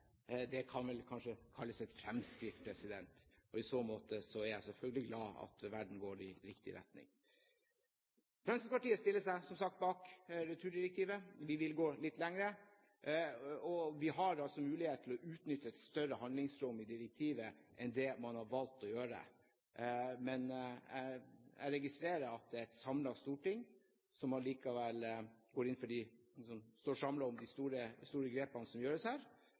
Det kan vel kanskje kalles et fremskritt? Og i så måte er jeg glad for at verden går i riktig retning. Fremskrittspartiet stiller seg som sagt bak returdirektivet. Vi vil gå litt lenger, og vi har muligheter til å utnytte et større handlingsrom i direktivet enn det man har valgt å gjøre. Men jeg registrerer at det er et samlet storting som allikevel står sammen om de store grepene som gjøres her.